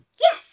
Yes